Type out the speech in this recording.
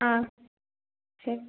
ஆ சரி